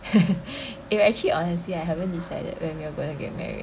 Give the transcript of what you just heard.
eh actually honestly I haven't decided when we're gonna get married